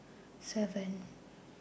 seven